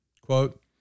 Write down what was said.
Quote